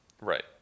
Right